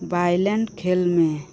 ᱵᱟᱭᱞᱮᱱᱰ ᱠᱷᱮᱞ ᱢᱮ